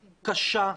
קשה,